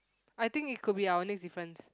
I think it could be our next difference